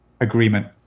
agreement